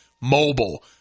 mobile